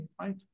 right